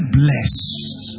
blessed